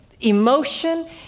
emotion